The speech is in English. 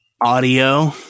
audio